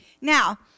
Now